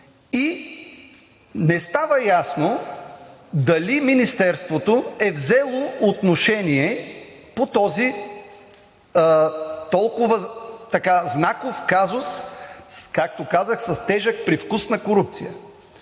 и не става ясно дали Министерството е взело отношение по този толкова знаков казус, както казах с тежък привкус на корупция.